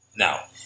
Now